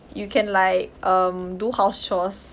you can like um do house chores